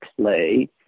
play